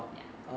ya